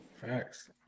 Facts